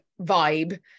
vibe